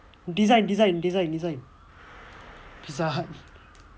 design design design design design